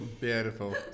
Beautiful